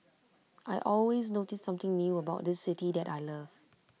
I always notice something new about this city that I love